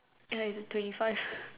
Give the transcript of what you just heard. ya it's on twenty five